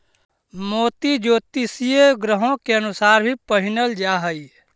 मोती ज्योतिषीय ग्रहों के अनुसार भी पहिनल जा हई